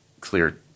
clear